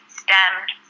stemmed